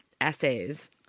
essays